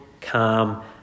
calm